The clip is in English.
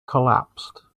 collapsed